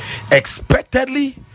expectedly